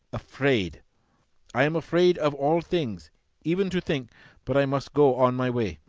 afraid i am afraid of all things even to think but i must go on my way.